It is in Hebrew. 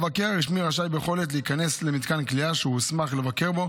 המבקר הרשמי רשאי בכל עת להיכנס למתקן כליאה שהוסמך לבקר בו,